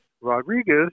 Rodriguez